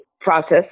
process